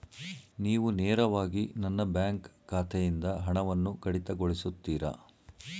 ನೀವು ನೇರವಾಗಿ ನನ್ನ ಬ್ಯಾಂಕ್ ಖಾತೆಯಿಂದ ಹಣವನ್ನು ಕಡಿತಗೊಳಿಸುತ್ತೀರಾ?